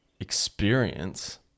experience